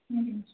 ಹ್ಞೂ